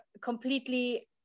completely